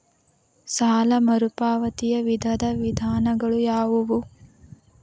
ಸಾಲ ಮರುಪಾವತಿಯ ವಿವಿಧ ವಿಧಾನಗಳು ಯಾವುವು?